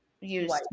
use